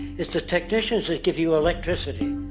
it's the technicians that give you electricity.